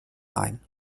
ein